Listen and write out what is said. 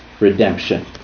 redemption